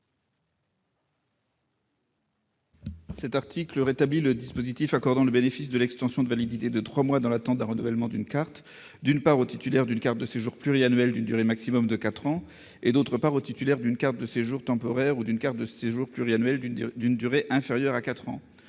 vise à rétablir le dispositif accordant le bénéfice de l'extension de validité de trois mois dans l'attente du renouvellement d'une carte aux titulaires d'une carte de séjour pluriannuelle d'une durée maximum de quatre ans, d'une part, et aux titulaires d'une carte de séjour temporaire ou d'une carte de séjour pluriannuelle d'une durée inférieure à quatre ans,